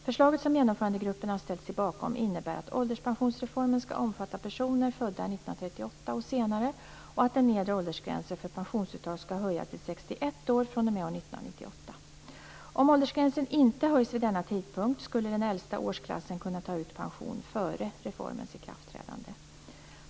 Förslaget, som Genomförandegruppen har ställt sig bakom, innebär att ålderspensionsreformen skall omfatta personer födda 1938 och senare och att den nedre åldersgränsen för pensionsuttag skall höjas till 61 år fr.o.m. år 1998. Om åldersgränsen inte höjs vid denna tidpunkt skulle den äldsta årsklassen kunna ta ut pension före reformens ikraftträdande.